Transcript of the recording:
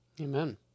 Amen